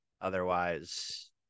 Otherwise